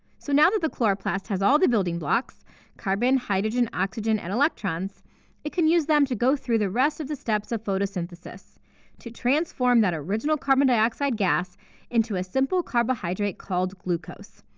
so now that the chloroplast has all the building blocks carbon, hydrogen, oxygen, and electrons it can use them to go through the rest of the steps of photosynthesis to transform that original carbon dioxide gas into a simple carbohydrate called glucose,